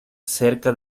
cerca